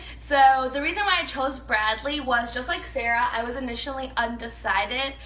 so the reason why i chose bradley was, just like sarah, i was initially undecided.